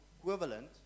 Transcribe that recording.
equivalent